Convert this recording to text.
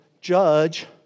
judge